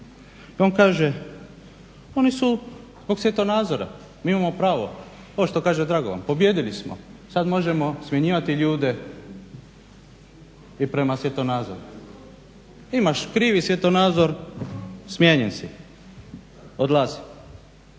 A on kaže oni su zbog svjetonazora, mi imamo pravo, ovo što kaže Dragovan pobijedili smo, sad možemo smjenjivati ljude i prema svjetonazorima. Imaš krivi svjetonazor smijenjen si, odlazi.